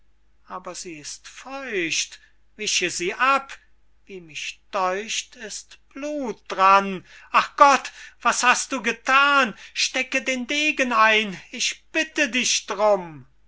aber sie ist feucht wische sie ab wie mich däucht ist blut dran ach gott was hast du gethan stecke den degen ein ich bitte dich drum